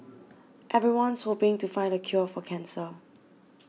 everyone's hoping to find the cure for cancer